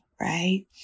right